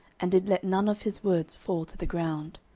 and did let none of his words fall to the ground.